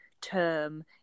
term